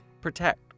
Protect